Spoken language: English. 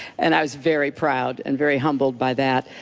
and i was very proud and very humbled by that.